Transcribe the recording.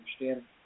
understand